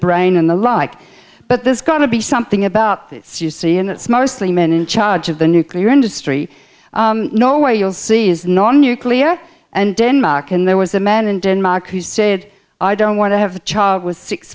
brain and the like but there's going to be something about this you see and it's mostly men in charge of the nuclear industry no way you'll see is non nuclear and denmark and there was a man in denmark who said i don't want to have a child with six